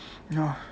ya